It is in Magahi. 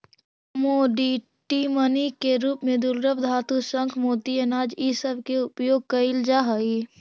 कमोडिटी मनी के रूप में दुर्लभ धातु शंख मोती अनाज इ सब के उपयोग कईल जा हई